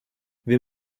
wir